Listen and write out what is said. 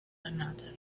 another